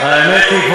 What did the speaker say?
האמת היא,